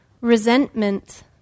resentment